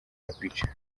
abidjan